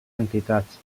entitats